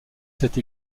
cette